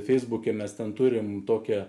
feisbuke mes ten turime tokią